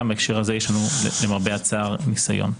גם בהקשר הזה יש לנו, למרבה הצער, ניסיון.